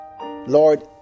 Lord